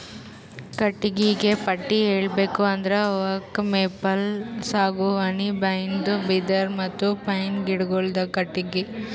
ಕಟ್ಟಿಗಿಗ ಪಟ್ಟಿ ಹೇಳ್ಬೇಕ್ ಅಂದ್ರ ಓಕ್, ಮೇಪಲ್, ಸಾಗುವಾನಿ, ಬೈನ್ದು, ಬಿದಿರ್ ಮತ್ತ್ ಪೈನ್ ಗಿಡಗೋಳುದು ಕಟ್ಟಿಗಿ